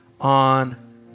on